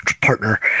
partner